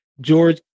George